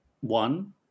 one